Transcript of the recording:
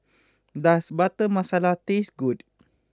does Butter Masala taste good